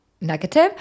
negative